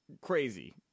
crazy